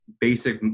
basic